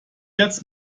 jetzt